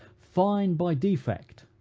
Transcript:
fine by defect,